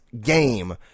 game